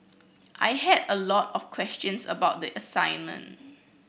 I had a lot of questions about the assignment